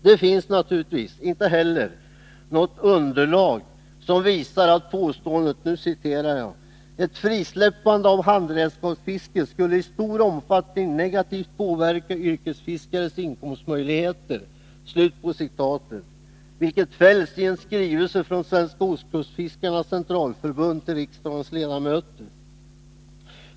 Det finns naturligtvis inte heller något underlag som visar riktigheten i påståendet, att ”ett frisläppande av handredskapsfisket skulle i stor omfattning negativt påverka yrkesfiskares inkomstmöjligheter”, vilket sägs i en skrivelse från Svenska ostkustfiskarnas centralförbund till riksdagens ledamöter.